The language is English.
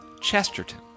Chesterton